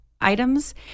items